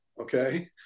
Okay